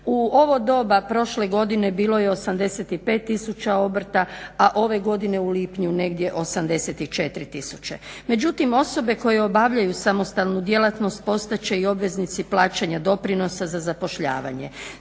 U ovo doba prošle godine bilo je 85 000 obrta, a ove godine u lipnju negdje 84 000. Međutim, osobe koje obavljaju samostalnu djelatnost postat će i obveznici plaćanja doprinosa za zapošljavanje.